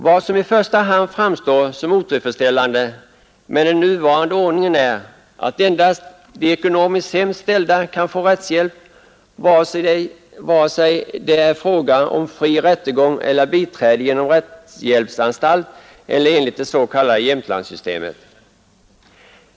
Vad som i första hand framstår som otillfredsställande med den nuvarande ordningen är att endast de ekonomiskt sämst ställda kan få rättshjälp, vare sig det är fråga om fri rättegång eller biträde genom rättshjälpsanstalt eller enligt s.k. Jämtlandssystemet.